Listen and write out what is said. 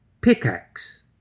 Pickaxe